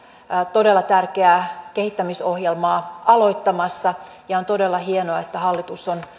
todella tärkeää kehittämisohjelmaa aloittamassa ja on todella hienoa että hallitus on